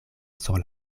sur